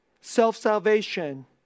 Self-salvation